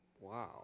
Wow